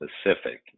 specific